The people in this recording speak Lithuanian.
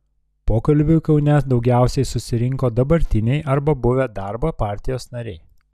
pokalbiui kaune daugiausiai susirinko dabartiniai arba buvę darbo partijos nariai